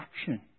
action